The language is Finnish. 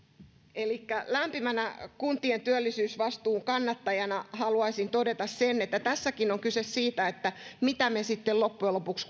elikkä lämpimänä kuntien työllisyysvastuun kannattajana haluaisin todeta sen että tässäkin on kyse siitä mitä me sitten loppujen lopuksi